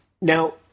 Now